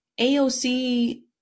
AOC